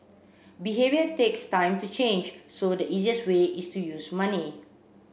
behaviour takes time to change so the easiest way is to use money